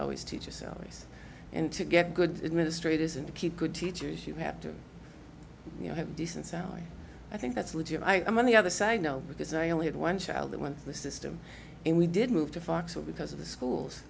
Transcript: salaries and to get good administrators and keep good teachers you have to you know have a decent salary i think that's legit i mean the other side no because i only had one child that went to the system and we did move to fox all because of the schools